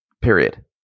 Period